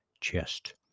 chest